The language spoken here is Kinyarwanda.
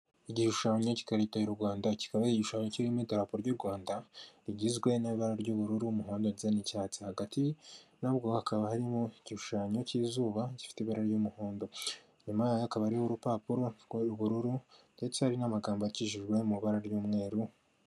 Igishushanyo cy'ikarita y'u Rwanda, kikaba ari igishushanyo kirimo idarapo ry'u Rwanda rigizwe n'ibara ry'ubururu, umuhondo ndetse n'icyatsi, hagati nabwo hakaba harimo igishushanyo cy'izuba gifite ibara ry'umuhondo, inyuma yayo hakaba hariho urupapuro rw’ubururu ndetse hari n'amagambo yandikishijwe mu ibara ry'umweru.